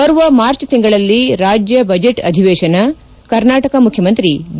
ಬರುವ ಮಾರ್ಚ್ ತಿಂಗಳಲ್ಲಿ ರಾಜ್ಯ ಬಜೆಟ್ ಅಧಿವೇಶನ ಕರ್ನಾಟಕ ಮುಖ್ಯಮಂತ್ರಿ ಬಿ